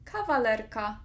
Kawalerka